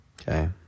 Okay